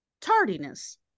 tardiness